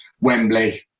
Wembley